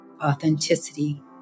Authenticity